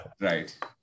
Right